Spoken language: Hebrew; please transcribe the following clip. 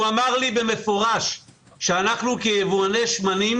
הוא אמר לי במפורש שאנחנו כיבואני שמנים